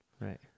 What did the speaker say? right